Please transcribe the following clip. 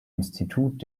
institut